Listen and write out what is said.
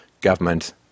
government